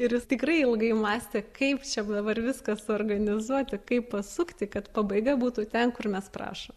ir jis tikrai ilgai mąstė kaip čia dabar viską suorganizuoti kaip pasukti kad pabaiga būtų ten kur mes prašom